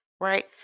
right